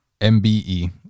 MBE